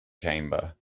chamber